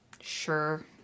sure